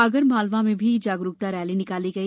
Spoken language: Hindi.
आगरमालवा में भी जागरूकता रैली निकाली गई